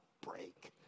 break